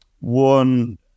one